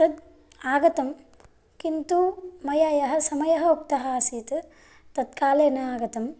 तत् आगतम् किन्तु मया यः समयः उक्तः आसीत् तत्काले न आगतम्